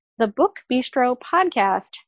thebookbistropodcast